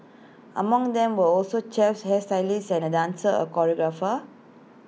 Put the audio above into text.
among them were also chefs hairstylist and A dancer choreographer